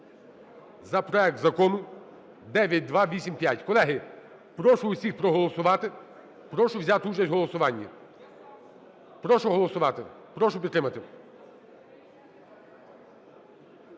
за проект Закону 9285. Колеги, прошу всіх проголосувати, прошу взяти участь у голосуванні. Прошу голосувати, прошу підтримати.